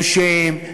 נושם,